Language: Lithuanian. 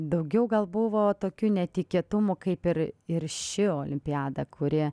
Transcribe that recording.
daugiau gal buvo tokių netikėtumų kaip ir ir ši olimpiada kuri